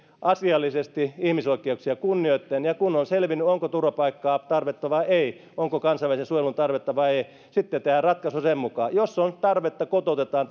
asiallisesti ihmisoikeuksia kunnioittaen ja kun on selvinnyt onko turvapaikkaan tarvetta vai ei onko kansainvälisen suojelun tarvetta vai ei sitten tehdään ratkaisu sen mukaan jos on tarvetta kotoutetaan